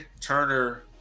Turner